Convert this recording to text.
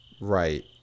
Right